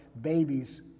babies